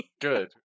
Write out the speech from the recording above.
Good